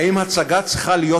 האם הצגה צריכה להיות קונסנזואלית?